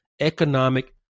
economic